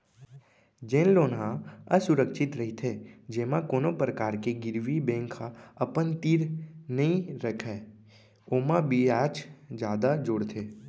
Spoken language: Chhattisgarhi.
जेन लोन ह असुरक्छित रहिथे जेमा कोनो परकार के गिरवी बेंक ह अपन तीर नइ रखय ओमा बियाज जादा जोड़थे